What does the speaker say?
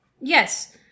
yes